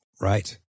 Right